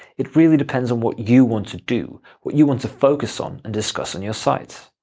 it really depends on what you want to do, what you want to focus on and discuss on your site.